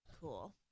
Cool